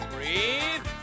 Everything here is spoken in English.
Breathe